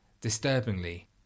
Disturbingly